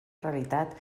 realitat